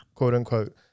quote-unquote